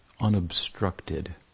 unobstructed